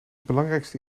belangrijkste